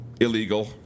illegal